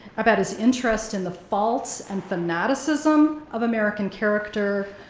about his interest in the faults and fanaticism of american character,